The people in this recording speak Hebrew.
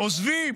עוזבים.